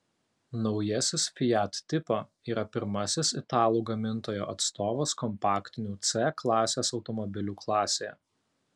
naujasis fiat tipo yra pirmasis italų gamintojo atstovas kompaktinių c klasės automobilių klasėje